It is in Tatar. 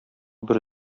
бер